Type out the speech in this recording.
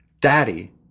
daddy